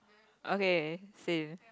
okay seen